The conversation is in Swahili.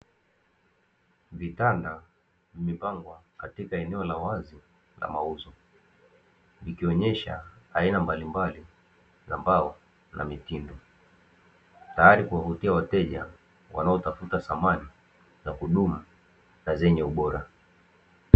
Vitanda vimepangwa katika eneo la wazi la mauzo, vikionyesha aina mbalimbali za mbao na mitindo teyari kwa kuwavutia wateja wanaotafuta samani za kudumu na zenye ubora.